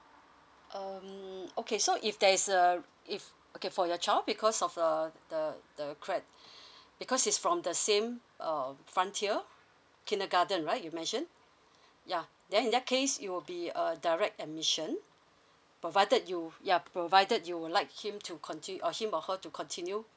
um okay so if there is uh if okay for your child because of uh the the cri~ because he's from the same um frontier kindergarten right you mentioned yeah then in that case he will be uh direct admission provided you ya provided you would like him to continue or him or her to continue